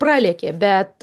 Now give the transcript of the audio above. pralėkė bet